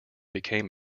became